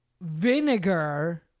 vinegar